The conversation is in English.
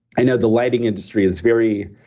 i know the lighting industry is very